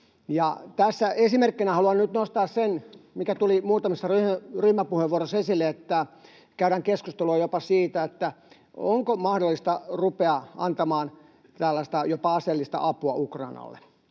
Tässä esimerkkinä haluan nyt nostaa sen, mikä tuli muutamissa ryhmäpuheenvuoroissa esille, että käydään keskustelua jopa siitä, onko mahdollista ruveta antamaan jopa aseellista apua Ukrainalle.